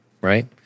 Right